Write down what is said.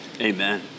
Amen